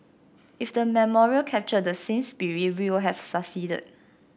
if the memorial captured that same spirit we will have succeeded